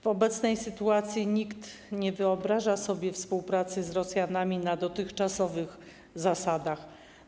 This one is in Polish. W obecnej sytuacji nikt nie wyobraża sobie współpracy z Rosjanami na dotychczasowych zasadach.